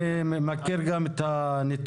אני מכיר גם את הנתונים.